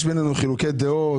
יש בינינו חילוקי דעות,